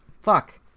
Fuck